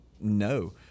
No